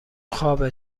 خوابه